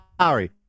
Sorry